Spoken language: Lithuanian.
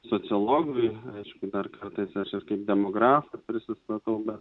sociologui aišku dar kartais aš ir kaip demografas pristatau bet